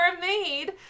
made